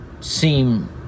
seem